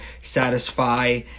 satisfy